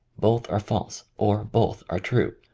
both are false, or both are true.